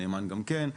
הנאמן גם כן,